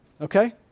okay